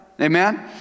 amen